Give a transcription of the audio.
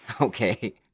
Okay